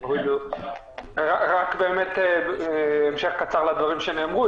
רק בהמשך קצר לדברים שנאמרו.